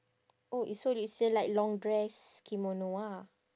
oh it's so it's still like long dress kimono ah